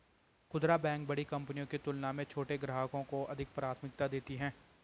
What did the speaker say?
खूदरा बैंक बड़ी कंपनियों की तुलना में छोटे ग्राहकों को अधिक प्राथमिकता देती हैं